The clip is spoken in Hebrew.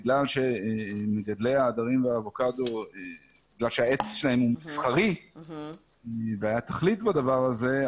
בגלל שהעץ של מגדלי ההדרים והאבוקדו הוא מסחרי והיה תכלית בדבר הזה,